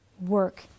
work